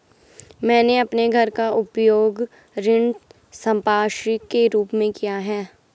मैंने अपने घर का उपयोग ऋण संपार्श्विक के रूप में किया है